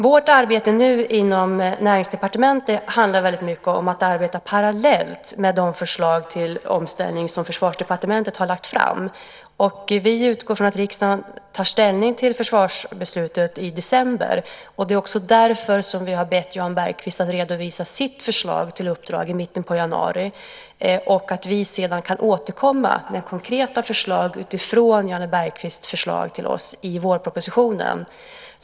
Vårt arbete nu inom Näringsdepartementet handlar mycket om att arbeta parallellt med de förslag till omställning som Försvarsdepartementet har lagt fram. Vi utgår från att riksdagen tar ställning till försvarsbeslutet i december. Det är också därför som vi har bett Jan Bergqvist att redovisa sitt förslag till uppdrag i mitten av januari och att vi sedan kan återkomma med konkreta förslag utifrån Janne Bergqvists förslag till oss i vårpropositionen.